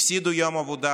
הפסידו יום עבודה